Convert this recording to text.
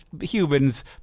humans